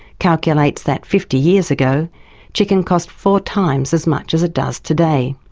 calculates that fifty years ago chicken cost four times as much as it does today.